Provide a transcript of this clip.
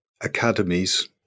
academies